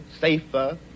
safer